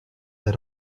that